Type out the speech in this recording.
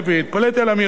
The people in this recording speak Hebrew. התפלאתי על האמירה הזאת,